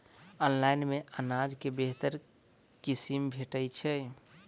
Online मे अनाज केँ बेहतर किसिम भेटय छै?